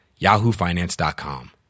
yahoofinance.com